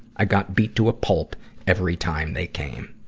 i got beat to a pulp every time they came.